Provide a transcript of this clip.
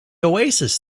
oasis